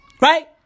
Right